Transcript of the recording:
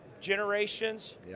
Generations